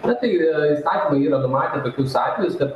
na tai įstatymai yra numatę tokius atvejus kad